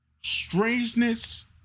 strangeness